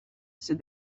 said